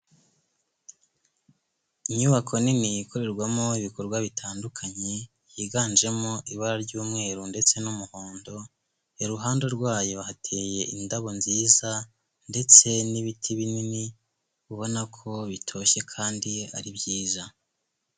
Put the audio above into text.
Inyubako nini ikorerwamo ibikorwa bitandukanye, yiganjemo ibara ry'umweru ndetse n'umuhondo, iruhande rwayo hateye indabo nziza ndetse n'ibiti binini, ubona ko bitoshye kandi ari byiza.